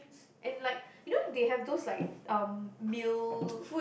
and like you know they have those like um meal